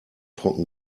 trocken